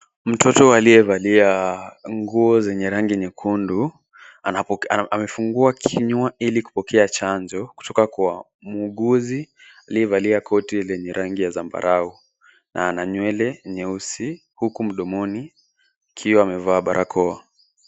Mtoto aliyevalia nguo zenye rangi nyekundu amefungua kinywa ili kupokea chanjo kutoka kwa muuguzi aliyevalia koti lenye rangi ya zambarau na ana nywele nyeusi huku mdomoni akiwa amevaa barakoa.